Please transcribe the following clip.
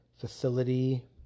facility